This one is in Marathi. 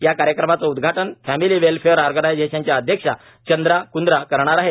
या कार्यक्रमाचं उद्घाटन फॅमिली वेल्फेयर ऑरगनाईजेशनच्या अध्यक्षा चंद्रा कृंद्रा करणार आहेत